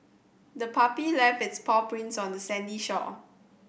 the puppy left its paw prints on the sandy shore